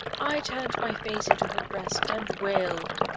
i turned my face into her breast and wailed.